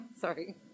Sorry